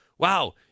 Wow